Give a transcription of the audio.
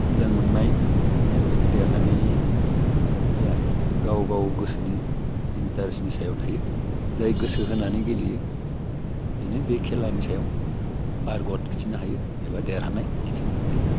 मोजां मोननाय आरो बेखौ देरहानायनिया गाव गाव गोसोनि इन्टारेस्टनि सायाव थायो जाय गोसो होनानै गेलेयो बिनो बे खेलानि सायाव पार्गत खिथिनो हायो एबा देरहानाय खिथिनो हायो